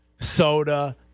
soda